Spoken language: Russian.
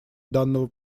данного